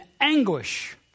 anguish